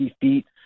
feet